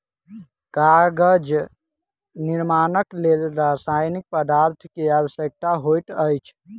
कागज निर्माणक लेल रासायनिक पदार्थ के आवश्यकता होइत अछि